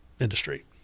industry